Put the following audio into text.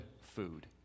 food